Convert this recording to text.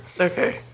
Okay